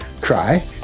cry